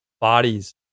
bodies